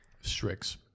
Strix